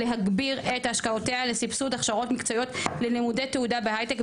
להגביר את השקעותיה לסבסוד הכשרות מקצועיות ללימודי תעודה בהייטק,